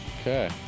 Okay